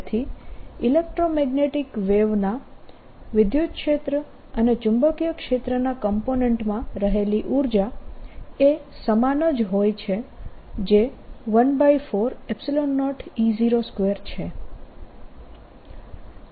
તેથી ઇલેક્ટ્રોમેગ્નેટીક વેવના વિદ્યુત ક્ષેત્ર અને ચુંબકીય ક્ષેત્રના કોમ્પોનેન્ટમાં રહેલી ઊર્જા એ સમાન જ હોય છે જે 140E02 છે